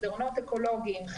מסדרונות אקולוגיים,